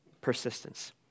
persistence